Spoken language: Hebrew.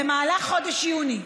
במהלך חודש יוני,